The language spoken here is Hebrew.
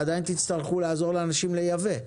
עדיין תצטרכו לעזור לאנשים לייבא.